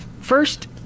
first